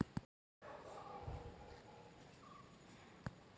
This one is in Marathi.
कीटकनाशकाचो फळावर्ती परिणाम जाता काय?